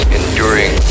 enduring